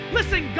Listen